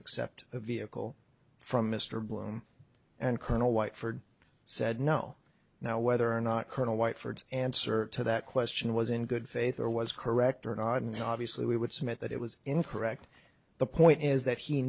accept the vehicle from mr bloom and colonel white for said no now whether or not colonel white for answer to that question was in good faith or was correct or not and obviously we would submit that it was incorrect the point is that he